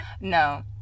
No